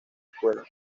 escuela